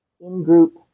in-group